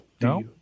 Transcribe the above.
No